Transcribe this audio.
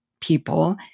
people